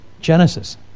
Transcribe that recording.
Genesis